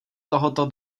tohoto